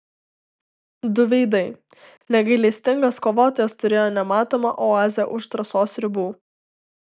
du veidai negailestingas kovotojas turėjo nematomą oazę už trasos ribų